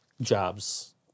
Jobs